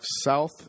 south